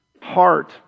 heart